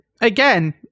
Again